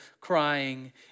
crying